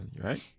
right